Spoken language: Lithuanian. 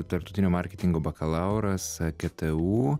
tarptautinio marketingo bakalauras ktu